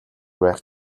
байх